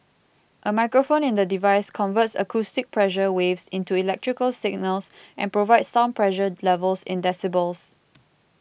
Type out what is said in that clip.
a microphone in the device converts acoustic pressure waves into electrical signals and provides sound pressure levels in decibels